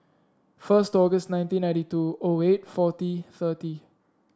first August nineteen ninety two O eight forty thirty